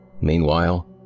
Meanwhile